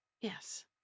Yes